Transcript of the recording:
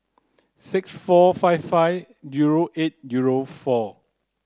six four five five zero eight zero four